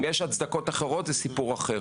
אם יש הצדקות אחרות זה סיפור אחר.